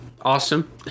awesome